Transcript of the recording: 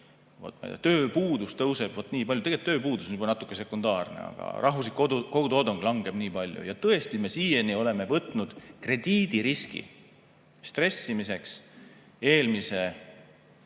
tööpuudus tõuseb vot nii palju – tegelikult tööpuudus on juba natuke sekundaarne –, aga rahvuslik kogutoodang langeb nii palju. Tõesti, me siiani oleme võtnud krediidiriski stressimiseks eelmise